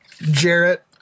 Jarrett